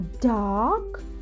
dark